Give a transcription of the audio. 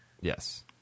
Yes